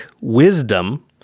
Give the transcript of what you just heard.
Wisdom